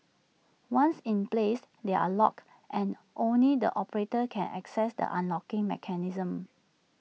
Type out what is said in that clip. once in place they are locked and only the operator can access the unlocking mechanism